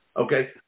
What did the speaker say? okay